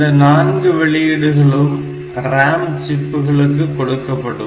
இந்த நான்கு வெளியீடுகளும் RAM சிப்புகளுக்கு கொடுக்கப்படும்